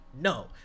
No